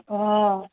ହଁ